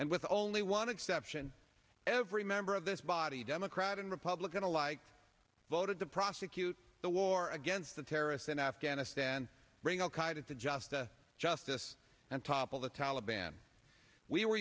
and with only one exception every member of this body democrat and republican alike voted to prosecute the war against the terrorist in afghanistan bring al qaeda to just to justice and topple the taliban we were